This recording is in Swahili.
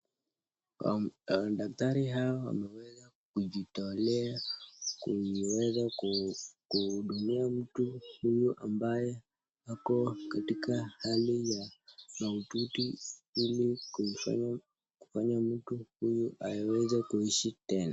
Daktari hawa wameweza kujitolea kuweza kuhudumia mtu huyu ambaye ako katika hali ya maututi ili kufanya mtu huyu aweze kuishi tena.